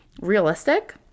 realistic